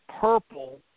purple